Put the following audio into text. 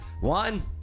One